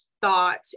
thought